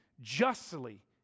justly